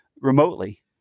remotely